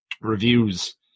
reviews